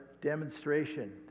demonstration